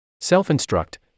Self-Instruct